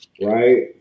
right